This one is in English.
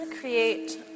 create